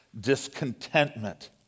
discontentment